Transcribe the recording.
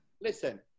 Listen